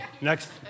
Next